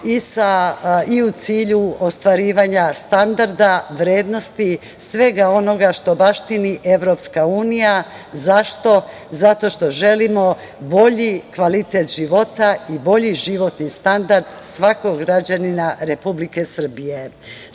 i u cilju ostvarivanja standarda, vrednosti i svega onoga što baštini EU. Zašto? Zato što želimo bolji kvalitet života i bolji životni standard svakog građanina Republike Srbije. Sve